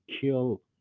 kill